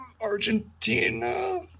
Argentina